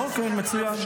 אוקיי, מצוין.